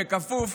בכפוף,